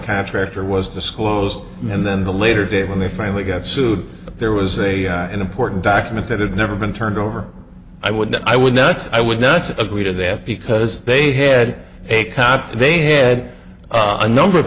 contractor was disclosed and then the later day when they finally got sued there was a an important document that had never been turned over i would i would next i would not agree to that because they had a count they had a number of